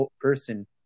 person